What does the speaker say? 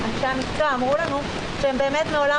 אנשי המקצוע אמרו לנו שהם באמת מעולם